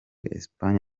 espagne